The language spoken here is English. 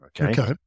Okay